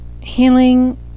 healing